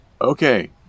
Okay